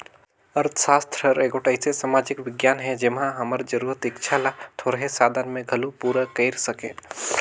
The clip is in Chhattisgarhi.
अर्थसास्त्र हर एगोट अइसे समाजिक बिग्यान हे जेम्हां हमर जरूरत, इक्छा ल थोरहें साधन में घलो पूरा कइर सके